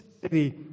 city